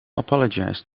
apologized